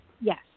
Yes